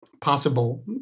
possible